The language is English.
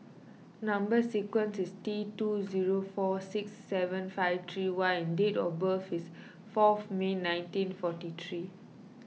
Number Sequence is T two zero four six seven five three Y and date of birth is four May nineteen forty three